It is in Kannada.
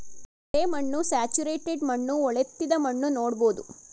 ಕೆರೆ ಮಣ್ಣು, ಸ್ಯಾಚುರೇಟೆಡ್ ಮಣ್ಣು, ಹೊಳೆತ್ತಿದ ಮಣ್ಣು ನೋಡ್ಬೋದು